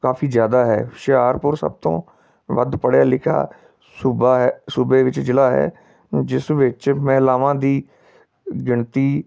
ਕਾਫੀ ਜ਼ਿਆਦਾ ਹੈ ਹੁਸ਼ਿਆਰਪੁਰ ਸਭ ਤੋਂ ਵੱਧ ਪੜ੍ਹਿਆ ਲਿਖਿਆ ਸੂਬਾ ਹੈ ਸੂਬੇ ਵਿੱਚ ਜ਼ਿਲ੍ਹਾ ਹੈ ਜਿਸ ਵਿੱਚ ਮਹਿਲਾਵਾਂ ਦੀ ਗਿਣਤੀ